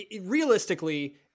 Realistically